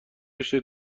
رشته